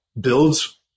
builds